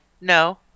No